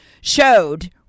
showed